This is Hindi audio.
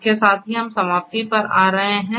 इसके साथ ही हम समाप्ति पर आ रहे हैं